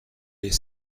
est